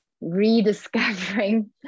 rediscovering